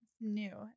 new